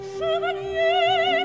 Chevalier